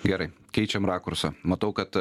gerai keičiam rakursą matau kad